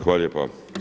Hvala lijepa.